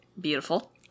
beautiful